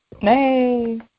Hey